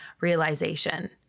realization